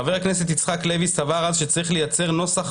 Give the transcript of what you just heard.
חבר הכנסת יצחק לוי סבר אז שצריך לייצר נוסח